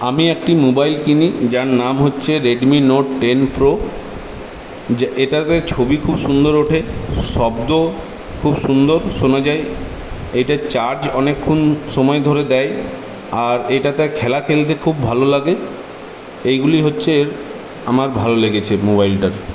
আমি একটি মোবাইল কিনি যার নাম হচ্ছে রেডমি নোট টেন প্রো এটাতে ছবি খুব সুন্দর ওঠে শব্দ খুব সুন্দর শোনা যায় এতে চার্জ অনেকক্ষণ সময় ধরে দেয় আর এটাতে খেলা খেলতে খুব ভালো লাগে এইগুলি হচ্ছে এর আমার ভালো লেগেছে মোবাইলটার